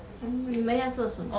mm 你们要做什么